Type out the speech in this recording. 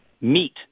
meet